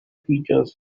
features